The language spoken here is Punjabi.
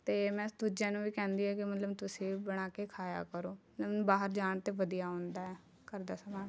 ਅਤੇ ਮੈਂ ਦੂਜਿਆਂ ਨੂੰ ਵੀ ਕਹਿੰਦੀ ਹਾਂ ਕਿ ਮਤਲਬ ਤੁਸੀਂ ਬਣਾ ਕੇ ਖਾਇਆ ਕਰੋ ਬਾਹਰ ਜਾਣ ਤੋਂ ਵਧੀਆ ਹੁੰਦਾ ਘਰ ਦਾ ਸਮਾਨ